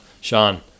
Sean